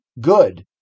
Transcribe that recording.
good